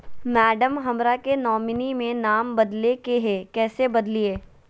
madam, हमरा के nominee में नाम बदले के हैं, कैसे बदलिए